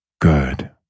Good